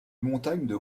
montagne